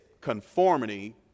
conformity